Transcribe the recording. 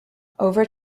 over